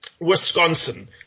Wisconsin